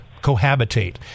cohabitate